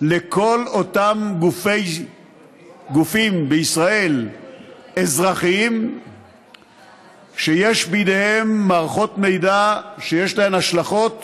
לכל אותם גופים אזרחיים בישראל שיש בידיהם מערכות מידע שיש להן השלכות